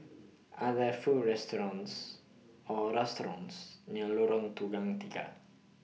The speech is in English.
Are There Food restaurants Or restaurants near Lorong Tukang Tiga